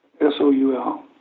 S-O-U-L